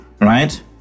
right